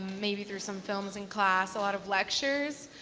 maybe through some films in class, a lot of lectures.